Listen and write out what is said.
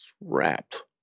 wrapped